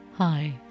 Hi